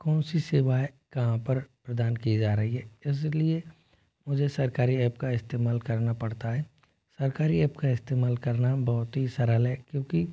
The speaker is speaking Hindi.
कौन सी सेवाए कहाँ पर प्रदान की जा रही है इसलिए मुझे सरकारी ऐप का इस्तेमाल करना पड़ता है सरकारी ऐप का इस्तेमाल करना बहुत ही सरल है क्योंकि